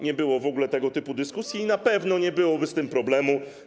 Nie było w ogóle tego typu dyskusji i na pewno nie byłoby z tym problemu.